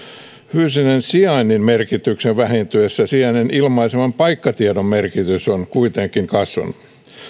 fyysisen sijainnin merkityksen vähentyessä sijainnin ilmaiseman paikkatiedon merkitys on kuitenkin kasvanut